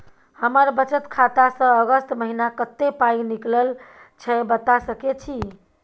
हमर बचत खाता स अगस्त महीना कत्ते पाई निकलल छै बता सके छि?